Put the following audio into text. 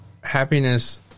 Happiness